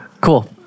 Cool